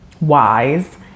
wise